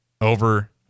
over